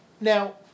now